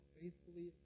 faithfully